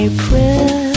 April